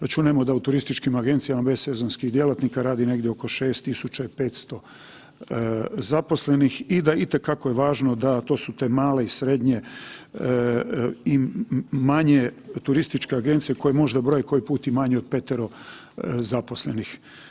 Računajmo da u turističkim agencijama bez sezonskih djelatnika radi negdje oko 6500 zaposlenih i da itekako je važno da, to su te male i srednje i manje turističke agencije koje možda broje koji put i manje od 5-ero zaposlenih.